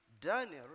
Daniel